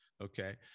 Okay